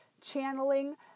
channeling